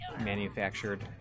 manufactured